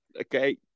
Okay